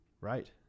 Right